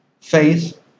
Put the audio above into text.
faith